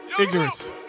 Ignorance